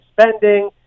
spending